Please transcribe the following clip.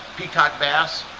peacock bass.